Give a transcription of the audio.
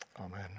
Amen